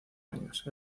años